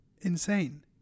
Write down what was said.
insane